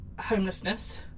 homelessness